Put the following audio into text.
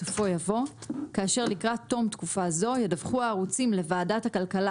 בסופו יבוא 'כאשר לקראת תום תקופה זו ידווחו הערוצים לוועדת הכלכלה